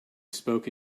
spoke